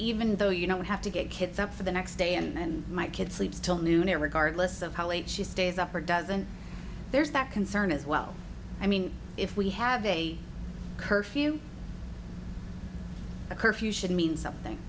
even though you know we have to get kids up for the next day and my kid sleeps till noon in regard lists of how late she stays up or doesn't there's that concern as well i mean if we have a curfew a curfew should mean something